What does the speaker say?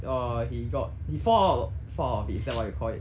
err he got he fall out fall out of it is that what you call it